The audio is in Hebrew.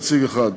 נציג אחד,